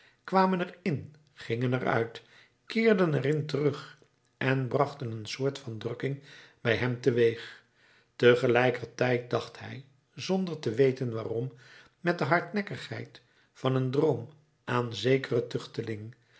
kwamen er in gingen er uit keerden er in terug en brachten een soort van drukking bij hem teweeg tegelijkertijd dacht hij zonder te weten waarom met de hardnekkigheid van een droom aan zekeren